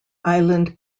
island